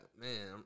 Man